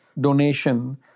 donation